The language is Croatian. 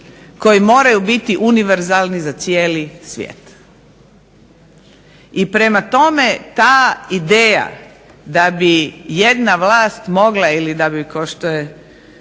koji moraju biti univerzalni za cijeli svijet. I prema tome ta ideja da bi jedna vlast mogla ili da bi kao što je